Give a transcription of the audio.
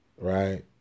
right